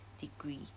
degree